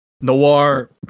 Noir